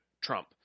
Trump